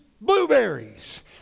blueberries